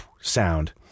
sound